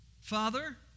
Father